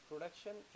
Production